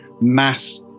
mass